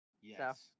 Yes